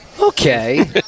okay